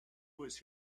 was